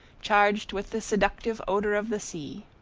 charged with the seductive odor of the sea.